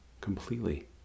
completely